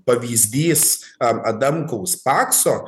pavyzdys am adamkaus pakso